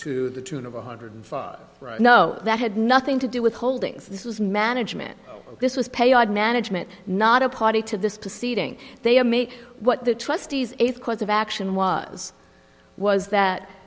to the tune of one hundred no that had nothing to do with holdings this was management this was pay our management not a party to this proceeding they are made what the trustees of course of action was was that